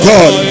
God